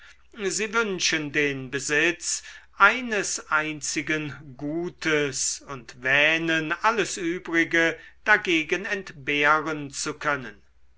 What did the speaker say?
sie wünschen den besitz eines einzigen gutes und wähnen alles übrige dagegen entbehren zu können